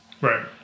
Right